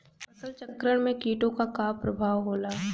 फसल चक्रण में कीटो का का परभाव होला?